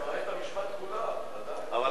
מערכת המשפט כולה, בוודאי.